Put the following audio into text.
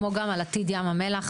כמו גם על עתיד ים המלח,